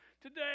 Today